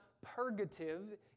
purgative